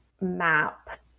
map